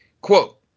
Quote